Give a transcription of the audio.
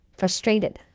frustrated